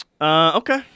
Okay